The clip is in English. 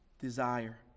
desire